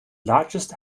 largest